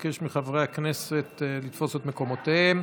אבקש מחברי הכנסת לתפוס את מקומותיהם.